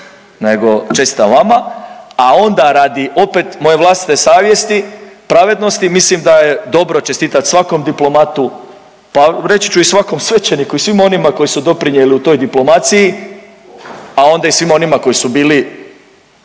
nego čestitam vama, a onda radi opet moje vlastite savjesti, pravednosti mislim da je dobro čestitati svakom diplomatu, pa reći ću i svakom svećeniku i svima onima koji su doprinijeli u toj diplomaciji, a onda i svima onima koji su bili